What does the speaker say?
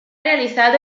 realizado